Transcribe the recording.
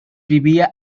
vivía